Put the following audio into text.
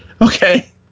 Okay